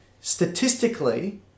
statistically